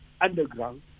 underground